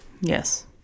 Yes